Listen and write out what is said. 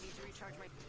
charged with